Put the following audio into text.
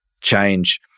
change